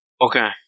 Okay